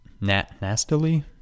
nastily